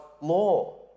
law